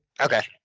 Okay